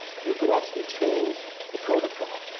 you could actually change the protocol,